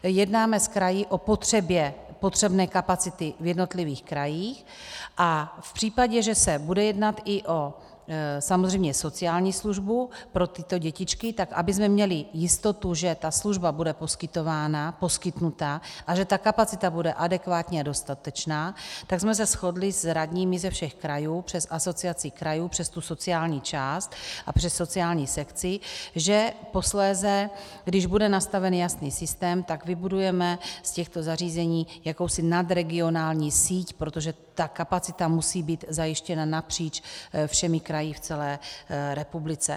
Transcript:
Jednáme s kraji o potřebě potřebné kapacity v jednotlivých krajích a v případě, že se bude jednat i o samozřejmě sociální službu pro tyto dětičky, tak abychom měli jistotu, že ta služba bude poskytována, poskytnuta a že ta kapacita bude adekvátní a dostatečná, tak jsme se shodli s radními ze všech krajů přes Asociaci krajů, přes tu sociální část a přes sociální sekci, že posléze když bude nastaven jasný systém, tak vybudujeme z těchto zařízení jakousi nadregionální síť, protože ta kapacita musí být zajištěna napříč všemi kraji v celé republice.